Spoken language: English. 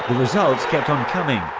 results kept on coming,